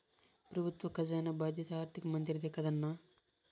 పెబుత్వ కజానా బాధ్యత ఆర్థిక మంత్రిదే కదన్నా